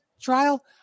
trial